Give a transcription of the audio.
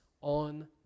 on